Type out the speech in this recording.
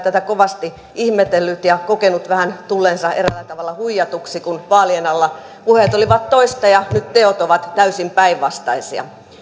tätä kovasti ihmetellyt ja kokenut tulleensa eräällä tavalla vähän huijatuksi kun vaalien alla puheet olivat toista ja nyt teot ovat täysin päinvastaisia